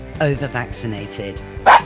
over-vaccinated